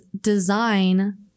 design